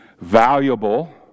valuable